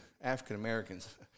African-Americans